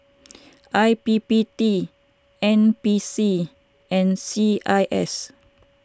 I P P T N P C and C I S